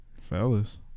Fellas